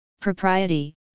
propriety